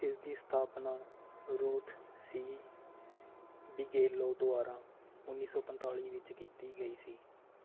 ਇਸ ਦੀ ਸਥਾਪਨਾ ਰੂਥ ਸੀ ਬਿਗੇਲੋ ਦੁਆਰਾ ਉੱਨੀ ਸੌ ਪੰਤਾਲੀ ਵਿੱਚ ਕੀਤੀ ਗਈ ਸੀ